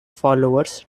followers